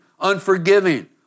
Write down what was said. unforgiving